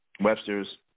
Webster's